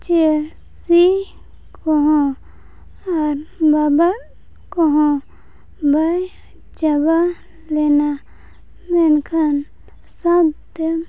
ᱪᱮ ᱥᱤ ᱠᱚᱦᱚᱸ ᱟᱨ ᱵᱟᱵᱟᱫ ᱠᱚᱦᱚᱸ ᱵᱟᱭ ᱪᱟᱵᱟ ᱞᱮᱱᱟ ᱢᱮᱱᱠᱷᱟᱱ ᱥᱟᱶᱛᱮᱢ